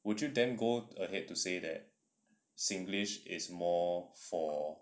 would you then go ahead to say that singlish is more for